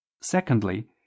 Secondly